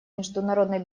международной